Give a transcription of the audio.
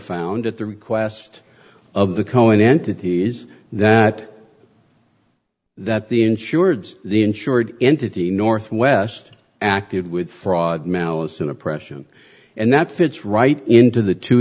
found at the request of the cohen entities that that the insured the insured entity north west acted with fraud malice and oppression and that fits right into the two